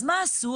אז מה עשו?